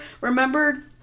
remember